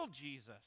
Jesus